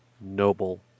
Noble